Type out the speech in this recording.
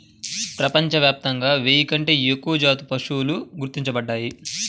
ప్రపంచవ్యాప్తంగా వెయ్యి కంటే ఎక్కువ జాతుల పశువులు గుర్తించబడ్డాయి